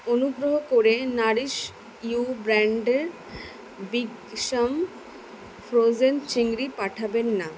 অনুগ্রহ করে Nourish You ব্র্যান্ডের বিগ স্যাম ফ্রোজেন চিংড়ি পাঠাবেন না